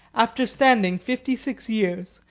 after standing fifty-six years,